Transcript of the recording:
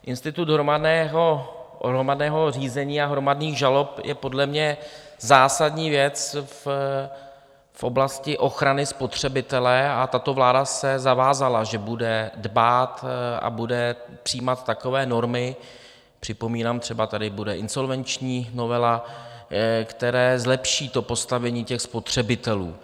Institut hromadného řízení a hromadných žalob je podle mě zásadní věc v oblasti ochrany spotřebitele a tato vláda se zavázala, že bude dbát a bude přijímat takové normy připomínám, třeba tady bude insolvenční novela které zlepší postavení spotřebitelů.